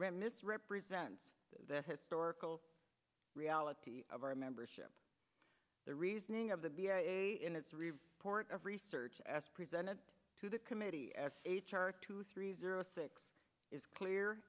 remise represents the historical reality of our membership the reasoning of the be a in a port of research as presented to the committee as h r two three zero six is clear